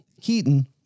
Keaton